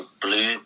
Blue